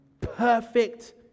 perfect